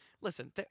Listen